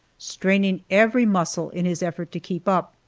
straining every muscle in his effort to keep up.